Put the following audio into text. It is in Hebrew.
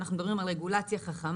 אנחנו מדברים על רגולציה חכמה,